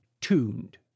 tuned